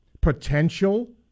potential